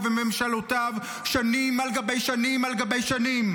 וממשלותיו שנים על גבי שנים על גבי שנים.